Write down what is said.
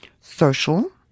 social